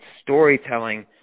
storytelling